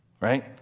right